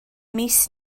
mis